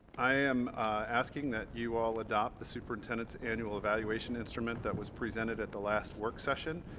i am asking that you all adopt the superintendent's annual evaluation instrument that was presented at the last work session.